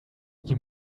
you